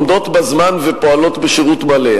עומדות בזמן ופועלות בשירות מלא.